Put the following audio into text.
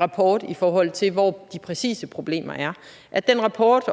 rapport, i forhold til hvor de præcise problemer er. Den rapport siger